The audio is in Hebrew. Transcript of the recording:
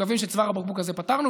מקווים שאת צוואר הבקבוק הזה פתרנו,